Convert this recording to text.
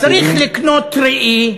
אז צריך לקנות ראי.